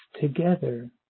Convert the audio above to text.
together